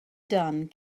done